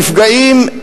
הנפגעים,